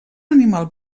animal